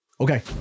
Okay